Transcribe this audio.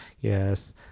Yes